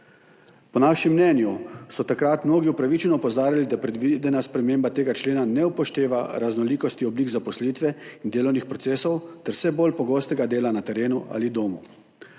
Po našem mnenju so takrat mnogi upravičeno opozarjali, da predvidena sprememba tega člena ne upošteva raznolikosti oblik zaposlitve in delovnih procesov ter vse bolj pogostega dela na terenu ali domu.